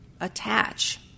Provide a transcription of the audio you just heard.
attach